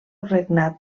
regnat